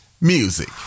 music